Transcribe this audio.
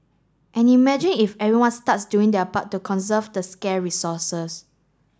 and imagine if everyone starts doing their part to conserve the scare resources